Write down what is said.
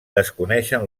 desconeixen